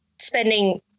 spending